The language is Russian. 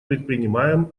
предпринимаем